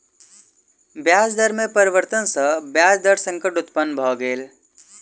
ब्याज दर में परिवर्तन सॅ ब्याज दर संकट उत्पन्न भ गेल